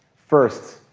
first,